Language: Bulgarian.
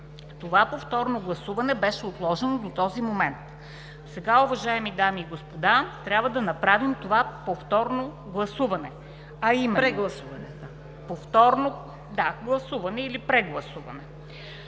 Това повторно гласуване беше отложено до този момент. Сега, уважаеми дами и господа, трябва да направим това повторно гласуване или прегласуване, а именно да гласуваме